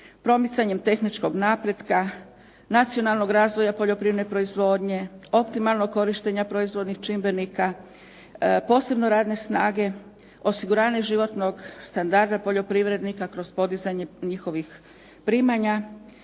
promicanjem tehničkog napretka, nacionalnog razvoja poljoprivredne proizvodnje, optimalnog korištenja proizvodnih čimbenika, posebno radne snage, osiguranje životnog standarda poljoprivrednika kroz podizanje njihovih primanja,